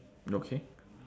okay